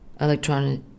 electronic